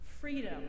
freedom